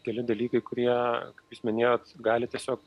keli dalykai kurie kaip jūs minėjot gali tiesiog